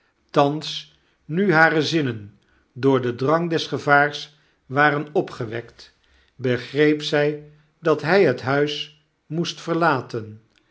thaps nu hare zinnen door den drang des gevaars waren opgewekt begreep zy dat hy het huis moest verlaten